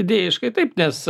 idėjiškai taip nes